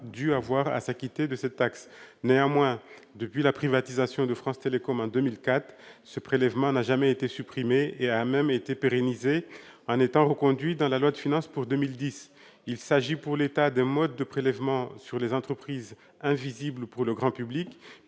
dû avoir à s'acquitter de cette taxe. Néanmoins, depuis la privatisation de France Télécom en 2004, ce prélèvement n'a jamais été supprimé, il a même été pérennisé, en étant reconduit dans la loi de finances pour 2010. Il s'agit pour l'État d'un mode de prélèvement sur les entreprises invisible pour le grand public,